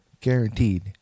Guaranteed